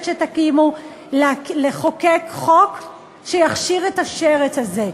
שתקימו לחוקק חוק שיכשיר את השרץ הזה.